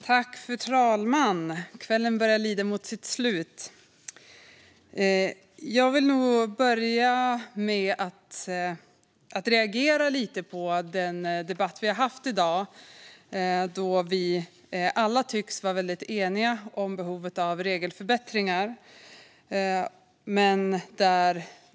Fru talman! Kvällen börjar lida mot sitt slut. Jag vill börja med att reagera på den debatt vi har haft i dag eftersom alla tycks vara eniga om behovet av regelförbättringar.